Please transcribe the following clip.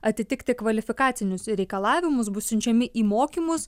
atitikti kvalifikacinius reikalavimus bus siunčiami į mokymus